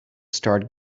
start